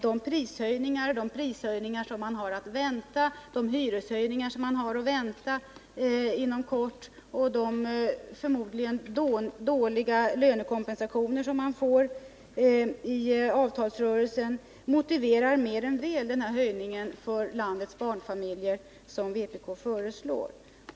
De prishöjningar och hyreshöjningar som man har att vänta och de förmodligen dåliga lönekompensationer som man kommer att få i avtalsrörelsen motiverar mer än väl den höjning för landets barnfamiljer som vpk föreslår.